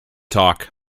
talk